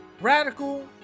Radical